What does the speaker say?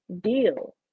deal